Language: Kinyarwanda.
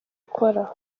ikora